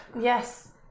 Yes